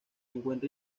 encuentra